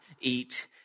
eat